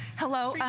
hello,